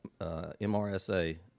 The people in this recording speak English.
MRSA